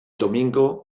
domingo